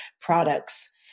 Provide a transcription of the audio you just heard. products